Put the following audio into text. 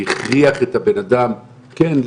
שהכריח את הילד,